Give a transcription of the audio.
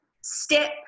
step